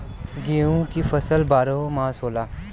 गेहूं की फसल बरहो मास होला